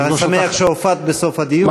אני שמח שהופעת בסוף הדיון,